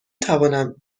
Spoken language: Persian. توانم